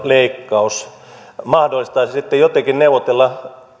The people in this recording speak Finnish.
leikkaus mahdollistaisi sitten jotenkin neuvotella